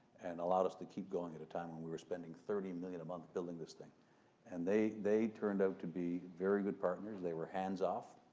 and allowed us to keep going at a time when we were spending thirty million dollars a month building this thing and they they turned out to be very good partners. they were hands off,